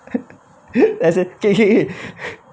let's say okay okay okay